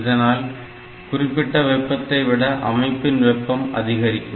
இதனால் குறிப்பிட்ட வெப்பத்தை விட அமைப்பின் வெப்பம் அதிகரிக்கும்